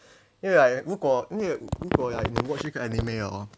因为 like 如果因为如果 like 你 watch 一个 anime hor